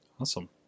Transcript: awesome